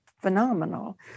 phenomenal